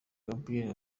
gabriel